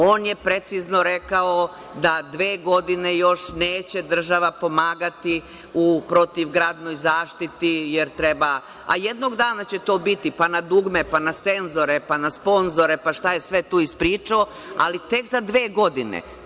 On je precizno rekao da dve godine još neće država pomagati u protivgradnoj zaštiti, a jednog dana će to biti pa na dugme, pa na senzore, pa na sponzore, pa šta je sve tu ispričao, ali tek za dve godine.